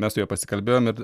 mes su juo pasikalbėjom ir